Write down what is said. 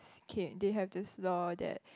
okay they have to slow that